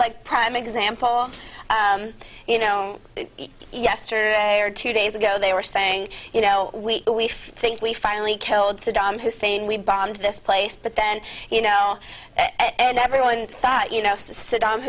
like prime example you know yesterday or two days ago they were saying you know we think we finally killed saddam hussein we bombed this place but then you know and everyone thought you know saddam